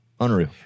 Unreal